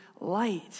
light